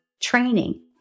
training